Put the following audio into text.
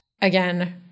again